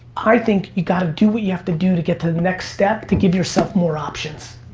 i think you gotta do what you have to do to get to the next step to give yourself more options.